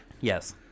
Yes